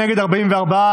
הצבעה.